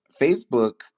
Facebook